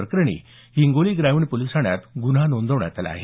प्रकरणी हिंगोली ग्रामीण पोलीस ठाण्यात ग्रन्हा नोंदवण्यात आला आहे